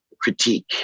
critique